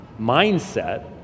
mindset